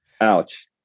ouch